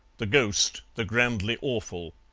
the ghost the grandly awful.